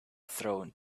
thrown